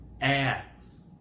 Ads